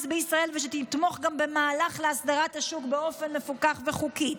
בישראל ושתתמוך גם במהלך להסדרת השוק באופן מפוקח וחוקי.